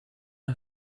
una